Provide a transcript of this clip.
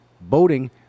boating